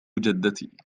جدتي